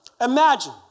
imagine